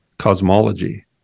cosmology